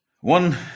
One